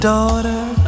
daughter